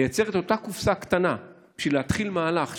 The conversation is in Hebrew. ולייצר את אותה הקופסה הקטנה בשביל להתחיל מהלך.